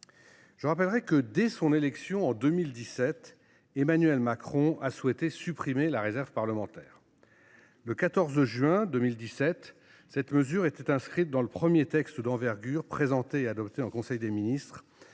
à fait remarquable. Dès son élection, en 2017, Emmanuel Macron a souhaité supprimer la réserve parlementaire. Le 14 juin de la même année, cette mesure était inscrite dans le premier texte d’envergure présenté et adopté en conseil des ministres